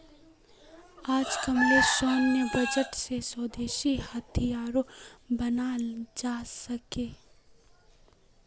अजकामलेर सैन्य बजट स स्वदेशी हथियारो बनाल जा छेक